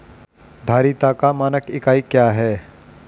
धारिता का मानक इकाई क्या है?